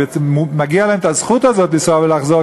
ומגיעה להם הזכות הזאת לנסוע ולחזור,